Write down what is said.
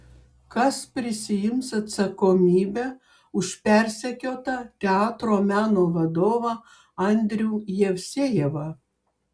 kas prisiims atsakomybę už persekiotą teatro meno vadovą andrių jevsejevą